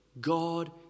god